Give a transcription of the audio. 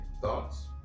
Thoughts